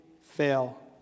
fail